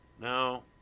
No